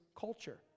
culture